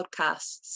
podcasts